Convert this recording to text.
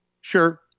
Sure